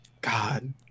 God